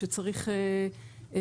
סייבר, שצריך להגן,